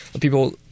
people